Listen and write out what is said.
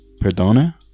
Perdona